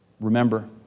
Remember